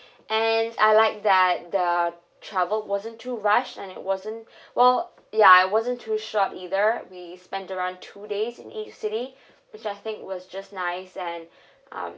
and I like that the travel wasn't too rushed and it wasn't well ya it wasn't too short either we spend around two days in each city which I think was just nice and um